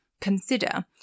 consider